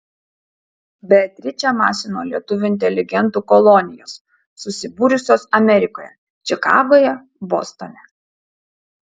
beatričę masino lietuvių inteligentų kolonijos susibūrusios amerikoje čikagoje bostone